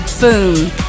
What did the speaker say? BOOM